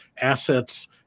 assets